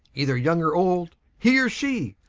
either young or old, he or shee,